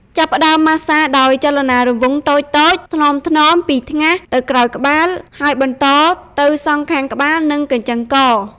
ចាប់ផ្តើមម៉ាស្សាដោយចលនារង្វង់តូចៗថ្នមៗ ពីថ្ងាសទៅក្រោយក្បាល ហើយបន្តទៅសងខាងក្បាល និងកញ្ចឹងក។